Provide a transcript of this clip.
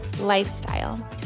lifestyle